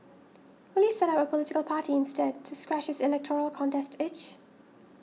will he set up a political party instead to scratch his electoral contest itch